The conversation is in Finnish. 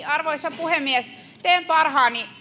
arvoisa puhemies teen parhaani